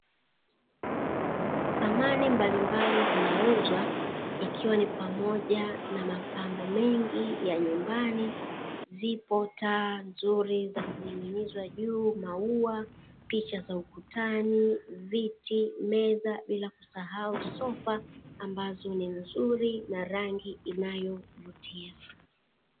Samani mbalimbali zinauzwa, ikiwa ni pamoja na mapambo mengi ya nyumbani, zipo taa nzuri za kuning'iniza juu, maua picha za ukutani, viti ,meza bila kusahau sofa ambazo ni nzuri na rangi inayovutia.